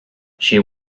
she